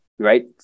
right